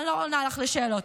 אני לא עונה לך על שאלות.